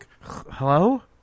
Hello